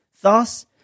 Thus